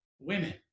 women